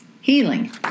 healing